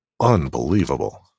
unbelievable